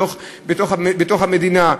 בתוך המדינה,